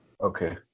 Okay